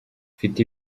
mfite